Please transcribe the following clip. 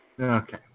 Okay